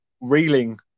reeling